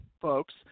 folks